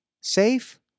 Safe